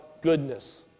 goodness